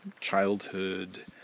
childhood